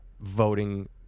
voting